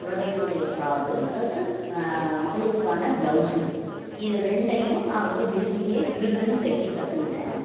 குழந்தைகளுடைய frock plus மகளிர்க்கான blouse இது ரெண்டையும் நான் ரொம்ப விரும்பியே கிடுகிடுன்னு தைக்க கத்துக்கிட்டேன்